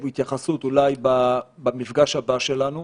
במדינה מתוקנת,